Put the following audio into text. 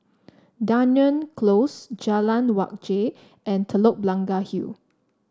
Dunearn Close Jalan Wajek and Telok Blangah Hill